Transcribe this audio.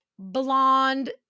blonde